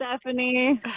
Stephanie